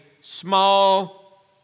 small